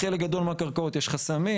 בחלק גדול מהקרקעות יש חסמים,